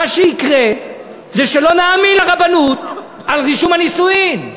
מה שיקרה זה שלא נאמין לרבנות על רישום הנישואין?